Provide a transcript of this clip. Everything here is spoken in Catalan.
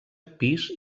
pis